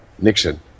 Nixon